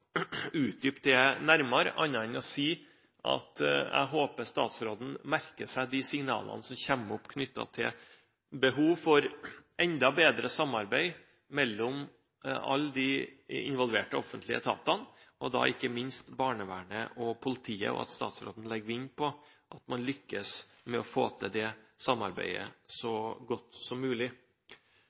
nærmere, annet enn å si at jeg håper statsråden merker seg de signalene som kommer opp knyttet til behov for enda bedre samarbeid mellom alle de involverte offentlige etatene, og da ikke minst barnevernet og politiet, og at statsråden legger vinn på at man lykkes med å få til det samarbeidet så godt som mulig.